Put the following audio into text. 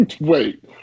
Wait